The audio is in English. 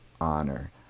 honor